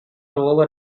over